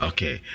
Okay